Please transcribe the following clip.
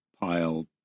pile